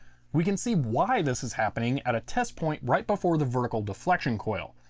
we can see why this is happening at a test point right before the vertical deflection coil.